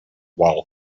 wall